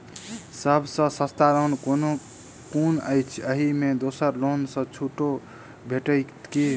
सब सँ सस्ता लोन कुन अछि अहि मे दोसर लोन सँ छुटो भेटत की?